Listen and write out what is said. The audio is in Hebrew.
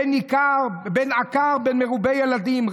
בין עקר ובין מרובה ילדים,